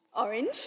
Orange